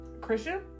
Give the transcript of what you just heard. Christian